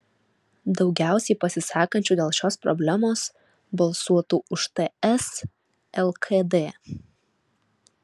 daugiausiai pasisakančių dėl šios problemos balsuotų už ts lkd